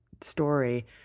story